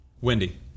Wendy